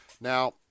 Now